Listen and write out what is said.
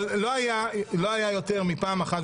אבל לא הייתה יותר מפעם אחת,